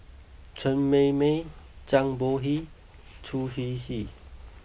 Chen Mei Mei Zhang Bohe Choo Hwee Hwee